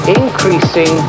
increasing